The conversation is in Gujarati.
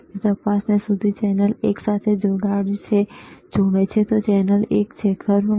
તે તપાસને સીધી ચેનલ એક સાથે જોડે છે આ ચેનલ એક છે ખરું ને